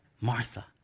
Martha